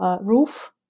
roof